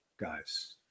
Guys